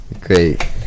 Great